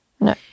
No